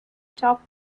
top